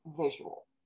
visual